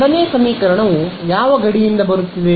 ಎರಡನೇ ಸಮೀಕರಣವು ಯಾವ ಗಡಿಯಿಂದ ಬರುತ್ತಿದೆ